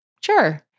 Sure